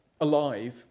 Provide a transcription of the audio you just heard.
alive